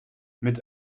mit